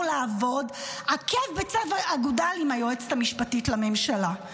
לעבוד עקב בצד אגודל עם היועצת המשפטית לממשלה,